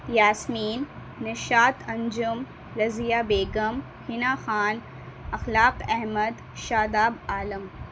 Yasmin Nishat Anjum Razia Begum Hina Khan Akhlaq Ahmad Shadab Alam